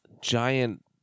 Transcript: giant